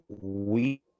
we-